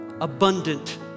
abundant